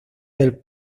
del